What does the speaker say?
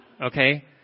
Okay